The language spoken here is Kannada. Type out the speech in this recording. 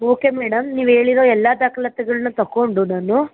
ಓಕೆ ಮೇಡಮ್ ನೀವು ಹೇಳಿರೋ ಎಲ್ಲ ದಾಖಲಾತಿಗಳ್ನೂ ತಗೊಂಡು ನಾನು